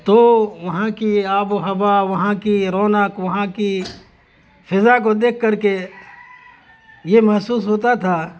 تو وہاں کی آب و ہوا وہاں کی رونق وہاں کی فضا کو دیکھ کر کے یہ محسوس ہوتا تھا